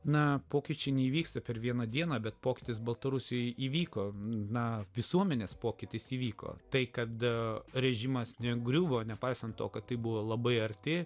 na pokyčiai neįvyksta per vieną dieną bet pokytis baltarusijoje įvyko na visuomenės pokytis įvyko tai kada režimas negriuvo nepaisant to kad tai buvo labai arti